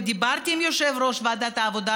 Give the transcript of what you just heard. ודיברתי עם יושב-ראש ועדת העבודה,